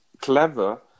clever